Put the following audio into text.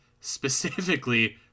specifically